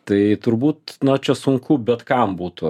tai turbūt na čia sunku bet kam būtų